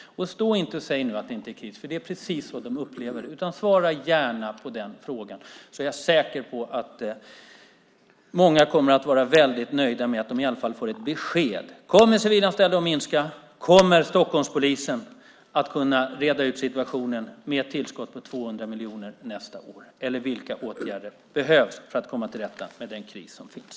Stå nu inte och säg att det inte är kris, för det är precis så de upplever det. Svara gärna på den frågan, för då är jag säker på att många kommer att vara väldigt nöjda med att de i alla fall får ett besked. Kommer antalet civilanställda att minska? Kommer Stockholmspolisen att kunna reda ut situationen med ett tillskott på 200 miljoner nästa år? Eller vilka åtgärder behövs för att komma till rätta med den kris som finns?